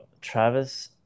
Travis